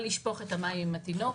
אבל לשפוך את המים עם התינוק,